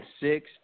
six